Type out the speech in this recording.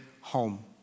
home